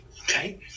okay